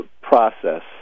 process